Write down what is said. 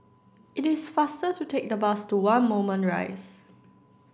it is faster to take the bus to one Moulmein Rise